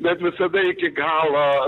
bet visada iki galo